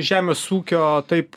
žemės ūkio taip